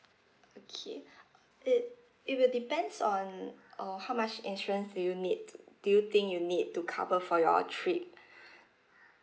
okay it it will depends on uh how much insurance do you need do you think you need to cover for your trip